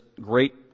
great